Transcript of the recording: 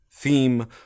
theme